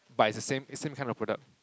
but it's the same same kind of product